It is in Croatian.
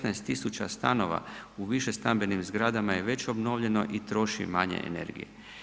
16.000 stanova u višestambenim zgradama je već obnovljeno i troši manje energije.